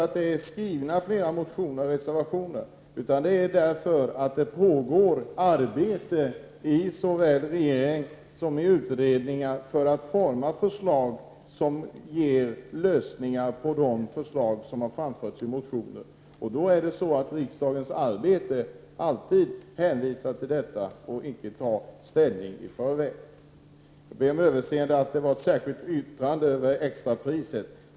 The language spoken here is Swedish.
Det beror naturligtvis inte bara på att flera reservationer och motioner skrivits utan också på att arbete pågår såväl i regering som i utredningar som skall forma förslag med lösningar på de frågor som berörs i motionerna. Riksdagen hänvisar alltid i förekommande fall till sådan verksamhet och tar därför inte ställning i sådana frågor i förväg. Jag ber om överseende med mitt uttalande i frågan om extrapriserna. Centern hade mycket riktigt ett särskilt yttrande i frågan om extrapriser.